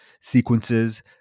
sequences